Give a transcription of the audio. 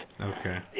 Okay